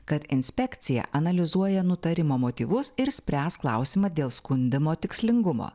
kad inspekcija analizuoja nutarimo motyvus ir spręs klausimą dėl skundimo tikslingumo